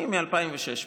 אני מ-2006 פה.